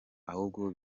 ahubwo